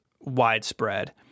widespread